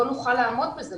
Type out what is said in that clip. לא נוכל לעמוד בזה.